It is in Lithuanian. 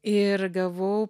ir gavau